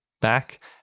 back